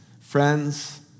friends